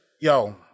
yo